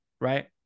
right